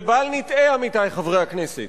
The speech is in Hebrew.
ובל נטעה, עמיתי חברי הכנסת,